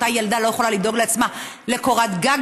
אותה ילדה לא יכולה לדאוג לעצמה לקורת גג